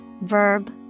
Verb